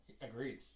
Agreed